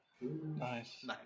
Nice